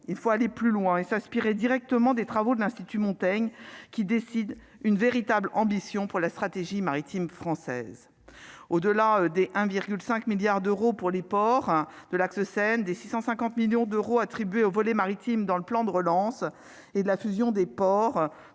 il faut aller plus loin et s'inspirer directement des travaux de l'Institut Montaigne qui décide une véritable ambition pour la stratégie maritime française au-delà des 1,5 milliard d'euros pour les ports de l'axe Seine des 650 millions d'euros attribués au volet maritime dans le plan de relance et de la fusion des ports,